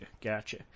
Gotcha